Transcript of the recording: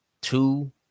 two